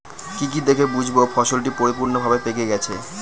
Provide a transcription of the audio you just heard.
কি কি দেখে বুঝব ফসলটি পরিপূর্ণভাবে পেকে গেছে?